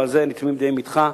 ובזה אני תמים דעים אתך,